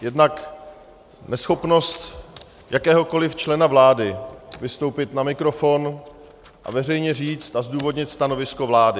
Jednak neschopnost jakéhokoli člena vlády vystoupit na mikrofon a veřejně říct a zdůvodnit stanovisko vlády.